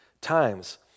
times